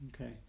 Okay